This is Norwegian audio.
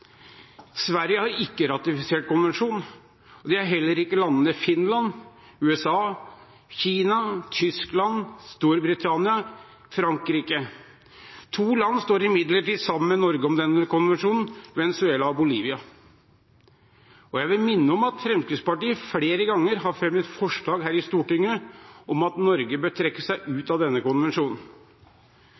Sverige har ikke ratifisert konvensjonen, og det har heller ikke Finland, USA, Kina, Tyskland, Storbritannia og Frankrike. To land står imidlertid sammen med Norge om denne konvensjonen: Venezuela og Bolivia. Jeg vil minne om at Fremskrittspartiet flere ganger har fremmet forslag her i Stortinget om at Norge bør trekke seg ut av denne konvensjonen.